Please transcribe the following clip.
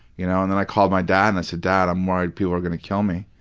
you know and then i called my dad and i said, dad, i'm worried people are going to kill me.